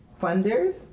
funders